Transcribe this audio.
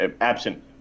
absent